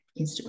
Instagram